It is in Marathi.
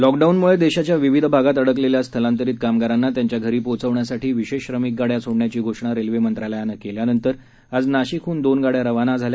लॉकडाऊन मुळे देशाच्या विविध भागात अडकलेल्या स्थलांतरित कामगारांना त्यांच्या घरी पोहोचवण्यासाठी विशेष श्रमिक गाड्या सोडण्याची घोषणा रेल्वे मंत्रालयानं केल्यानंतर आज नाशिकहून दोन गाड्या रवाना झाल्या